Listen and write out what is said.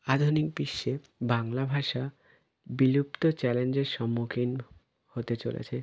আধুনিক বিশ্বে বাংলা ভাষা বিলুপ্ত চ্যালেঞ্জের সম্মুখীন হতে চলেছে